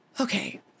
Okay